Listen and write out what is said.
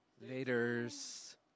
Later's